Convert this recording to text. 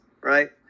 right